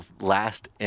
last